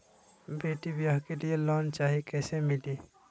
बेटी ब्याह के लिए लोन चाही, कैसे मिली?